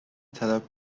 کارد